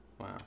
Wow